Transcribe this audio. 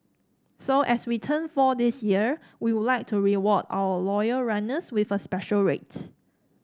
so as we turn four this year we would like to reward our loyal runners with a special rate